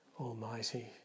Almighty